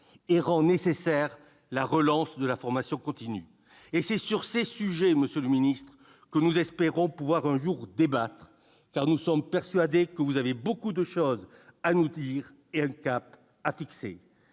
et rend nécessaire la relance de la formation continue. C'est de ces sujets, monsieur le ministre, que nous espérons pouvoir un jour débattre, car nous sommes persuadés que vous avez beaucoup de choses à nous dire et un cap à fixer.